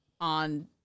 on